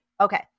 Okay